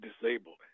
disabled